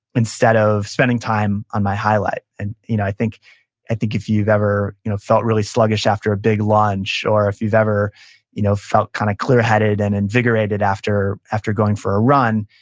instead of spending time on my highlight and you know i think if you've ever you know felt really sluggish after a big lunch, or if you've ever you know felt kind of clear-headed and invigorated after after going for a run,